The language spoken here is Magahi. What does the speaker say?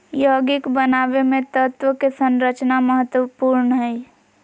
यौगिक बनावे मे तत्व के संरचना महत्वपूर्ण हय